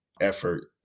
effort